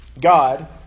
God